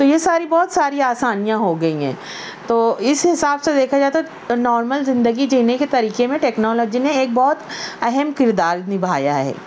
تو یہ ساری بہت ساری آسانیاں ہو گئیں ہیں تو اس حساب سے دیکھا جائے تو نارمل زندگی جینے کے طریقے میں ٹیکنالوجی نے ایک بہت اہم کردار نبھایا ہے